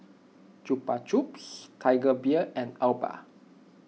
Chupa Chups Tiger Beer and Alba